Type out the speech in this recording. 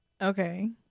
okay